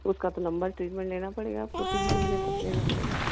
उसका तो लम्बा ट्रीटमेंट लेना पड़ेगा आपको तीन महीने तक लेना पड़ेगा